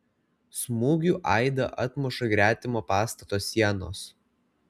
smūgių aidą atmuša gretimo pastato sienos